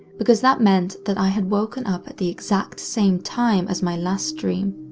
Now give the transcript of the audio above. because that meant that i had woken up at the exact same time as my last dream.